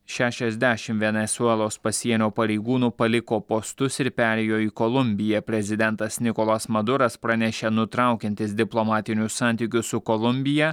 šešiasdešimt venesuelos pasienio pareigūnų paliko postus ir perėjo į kolumbiją prezidentas nikolas maduras pranešė nutraukiantis diplomatinius santykius su kolumbija